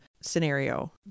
scenario